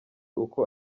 uko